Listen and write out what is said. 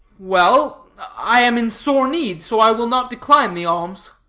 well, i am in sore need, so i will not decline the alms.